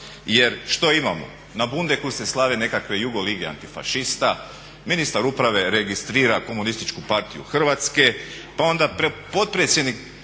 Jer što imamo? Na Bundeku se slave nekakve jugo lige antifašista, ministar uprave registra Komunističku partiju Hrvatske, pa onda potpredsjednik